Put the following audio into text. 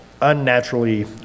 unnaturally